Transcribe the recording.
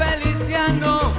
Feliciano